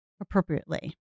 appropriately